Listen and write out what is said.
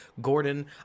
Gordon